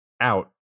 out